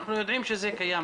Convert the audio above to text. אנחנו יודעים שזה קיים,